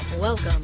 Welcome